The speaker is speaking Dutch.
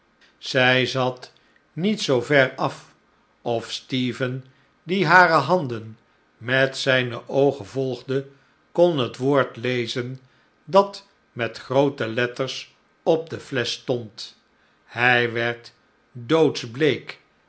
zij zat niet zoo ver af of stephen die hare handen met zijne oogen volgde kon het woord lezen dat met groote letters op de flesch stond hij werd